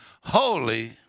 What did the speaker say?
holy